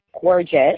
gorgeous